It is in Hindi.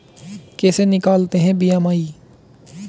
कैसे निकालते हैं बी.एम.आई?